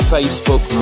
Facebook